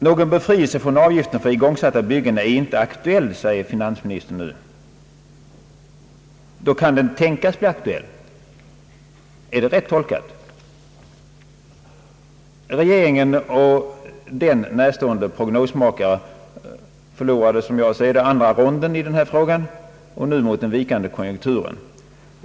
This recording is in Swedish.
Någon befrielse från avgiften för igångsatta byggen är inte aktuell, säger finansministern nu. Då kan den tänkas bli aktuell. är det rätt tolkat? Regeringen och regeringen närstående prognosmakare förlorade, som jag ser det, andra ronden i denna fråga, nu mot den vikande konjunkturen.